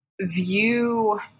view